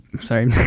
sorry